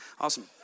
awesome